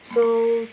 so